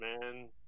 man